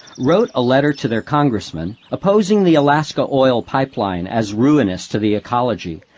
wrote a letter to their congressman opposing the alaska oil pipeline as ruinous to the ecology,